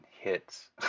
hits